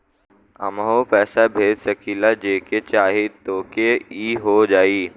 हमहू पैसा भेज सकीला जेके चाही तोके ई हो जाई?